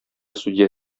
судья